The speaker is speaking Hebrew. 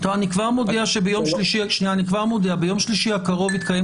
אני כבר מודיע שביום שלישי הקרוב יתקיים